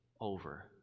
over